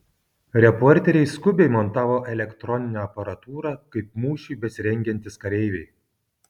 reporteriai skubiai montavo elektroninę aparatūrą kaip mūšiui besirengiantys kareiviai